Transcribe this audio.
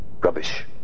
Rubbish